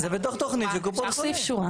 זה בתוך התכנית של קופות החולים.